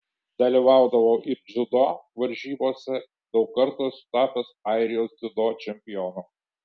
dalyvaudavau ir dziudo varžybose daug kartų esu tapęs airijos dziudo čempionu